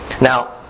Now